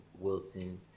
Wilson